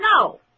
No